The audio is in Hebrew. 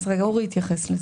אורי יתייחס לזה.